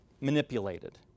manipulated